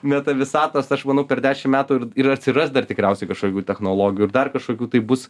meta visatos aš manau per dešim metų ir ir atsiras dar tikriausiai kažkokių technologijų ir dar kažkokių tai bus